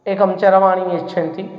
एकं चरवाणीं यच्छन्ति